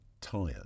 tired